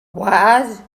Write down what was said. wise